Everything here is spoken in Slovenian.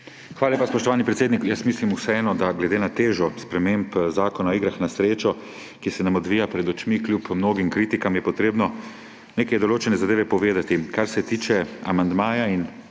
Hvala lepa, spoštovani predsednik. Jaz mislim vseeno, da glede na težo sprememb Zakona o igrah na srečo, ki se nam odvija pred očmi, kljub mnogim kritikam je treba neke določene zadeve povedati, kar se tiče amandmaja; in,